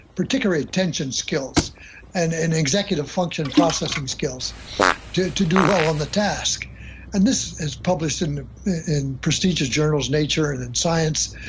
particularly attention skills and and executive function processing skills to to do well on the task and this is published in ah in prestigious journals nature and and science,